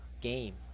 game